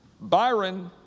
Byron